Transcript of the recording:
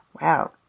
Wow